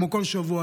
כמו בכל שבוע,